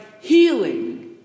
healing